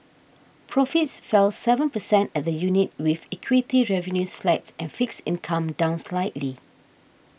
profits fell seven percent at the unit with equity revenues flat and fixed income down slightly